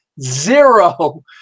Zero